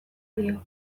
dio